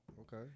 Okay